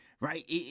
right